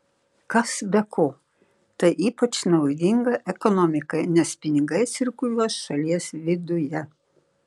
kas be ko tai ypač naudinga ekonomikai nes pinigai cirkuliuos šalies viduje